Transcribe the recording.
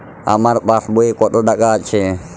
আমার পাসবই এ কত টাকা আছে?